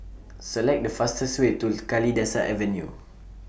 Select The fastest Way to Kalidasa Avenue